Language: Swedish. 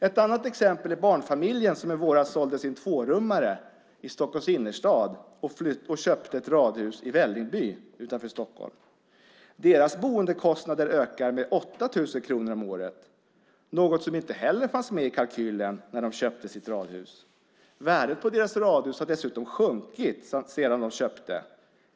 Ett annat exempel är barnfamiljen som i våras sålde sin tvårummare i Stockholms innerstad och köpte ett radhus i Vällingby utanför Stockholm. Deras boendekostnader ökar med 8 000 kronor om året, något som inte heller fanns med i kalkylen när de köpte sitt radhus. Värdet på deras radhus har dessutom sjunkit sedan de köpte.